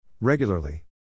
Regularly